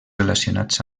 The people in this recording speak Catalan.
relacionats